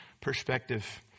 perspective